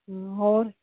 ਹੂ ਹੋਰ